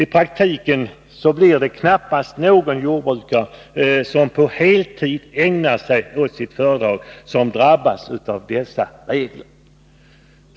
I praktiken kommer knappast någon jordbrukare som på heltid ägnar sin arbetstid åt sitt företag att drabbas av dessa regler.